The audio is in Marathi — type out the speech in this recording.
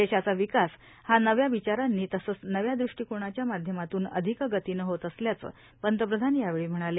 देशाचा विकास हा नक्या विचारांनी तसंच नक्या दृष्टिकोणाच्या माध्यमातून अधिक गतीनं होत असल्याचं पंतप्रधान यावेळी म्हणाले